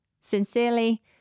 Sincerely